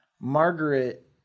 Margaret